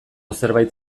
zerbait